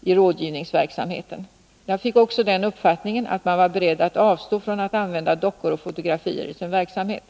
i rådgivningsverksamheten. Jag fick den uppfattningen att man var beredd att avstå från att använda dockor och fotografier i sin verksamhet.